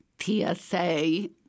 TSA